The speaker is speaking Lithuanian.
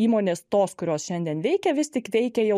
įmonės tos kurios šiandien veikia vis tik veikia jau